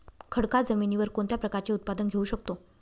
खडकाळ जमिनीवर कोणत्या प्रकारचे उत्पादन घेऊ शकतो?